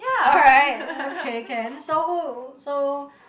alright okay can so who so